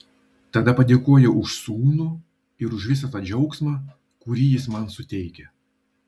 tada padėkojau už sūnų ir visą tą džiaugsmą kurį jis man suteikia